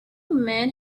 men